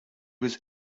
was